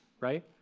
right